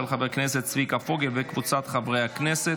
של חבר הכנסת צביקה פוגל וקבוצת חברי הכנסת.